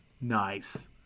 Nice